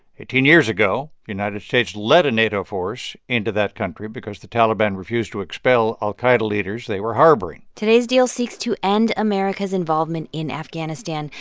eighteen years ago, united states led a nato force into that country because the taliban refused to expel al-qaida leaders they were harboring today's deal seeks to end america's involvement in afghanistan.